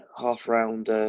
half-round